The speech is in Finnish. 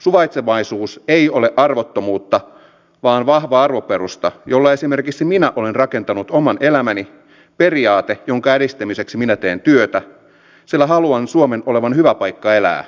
suvaitsevaisuus ei ole arvottomuutta vaan vahva arvoperusta jolle esimerkiksi minä olen rakentanut oman elämäni periaate jonka edistämiseksi minä teen työtä sillä haluan suomen olevan hyvä paikka elää meille kaikille